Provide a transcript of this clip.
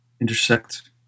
intersect